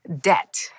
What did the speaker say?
debt